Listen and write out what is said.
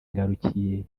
ngarukiye